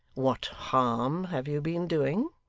what harm have you been doing